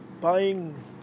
buying